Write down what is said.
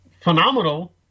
phenomenal